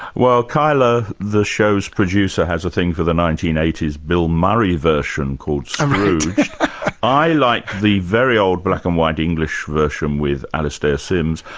well kyla, the show's producer, has a thing for the nineteen eighty s bill murray version called i like the very old black-and-white english version with alistair sim,